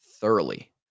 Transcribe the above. thoroughly